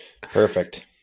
perfect